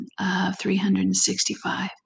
365